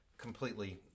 completely